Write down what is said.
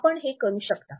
आपण हे करू शकता